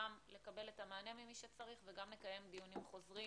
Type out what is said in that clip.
גם לקבל את המענה ממי שצריך וגם לקיים דיונים חוזרים,